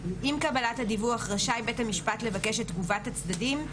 עם קבלת הדיווח רשאי בית המשפט לבקש את תגובת הצדדים,